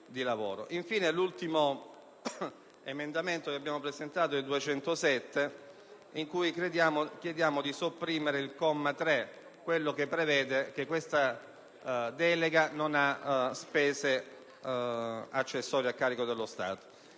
Con l'ultimo emendamento che abbiamo presentato, il 41.207, chiediamo di sopprimere il comma 3 che prevede che questa delega non abbia spese accessorie a carico dello Stato.